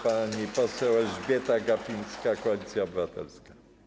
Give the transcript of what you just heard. Pani poseł Elżbieta Gapińska, Koalicja Obywatelska.